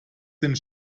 sind